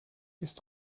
ist